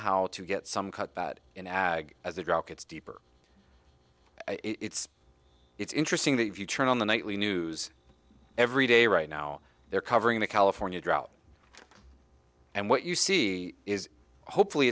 how to get some cut in ag as the drought gets deeper it's it's interesting that if you turn on the nightly news every day right now they're covering the california drought and what you see is hopefully